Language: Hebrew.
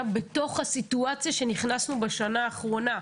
בסיטואציה שנכנסנו אליה בשנה האחרונה,